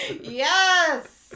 yes